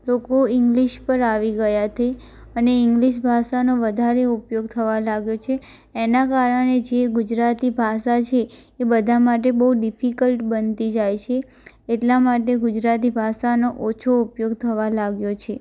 લોકો ઇંગ્લિશ પર આવી ગયા છે અને ઇંગ્લિશ ભાષાનો વધારે ઉપયોગ થવા લાગ્યો છે એના કારણે જે ગુજરાતી ભાષા છે એ બધા માટે બહુ ડિફીકલ્ટ બનતી જાય છે એટલા માટે ગુજરાતી ભાષાનો ઓછો ઉપયોગ થવા લાગ્યો છે